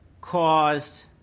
caused